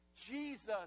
Jesus